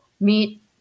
meet